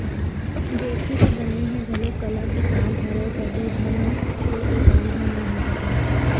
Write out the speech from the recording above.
गोरसी के बनई ह घलोक कला के काम हरय सब्बो झन से ए काम ह नइ हो सके